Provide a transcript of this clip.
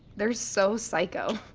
they're so psycho.